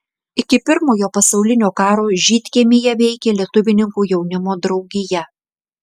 iki pirmojo pasaulinio karo žydkiemyje veikė lietuvininkų jaunimo draugija